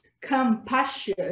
compassion